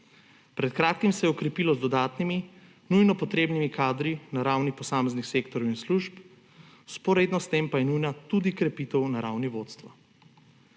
Pred kratkim se je okrepilo z dodatnimi, nujno potrebnimi kadri, na ravni posameznih sektorjev in služb, vzporedno s tem pa je nujna tudi krepitev na ravni vodstva.